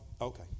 okay